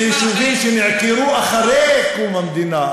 של יישובים שנעקרו אחרי קום המדינה,